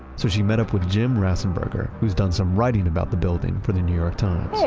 so, she met up with jim rasenberger, who's done some writing about the building for the new york times. hey,